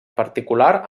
particular